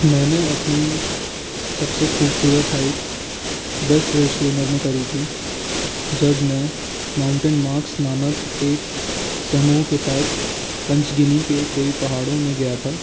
मैंने अपनी सबसे खूबसूरत हाइक दस वर्ष के उम्र में करी थी जब मैं माउंटेन माक्स नामक एक समूह के साथ पँचगिनी के कोई पहाड़ों में गया था